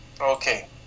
Okay